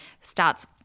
starts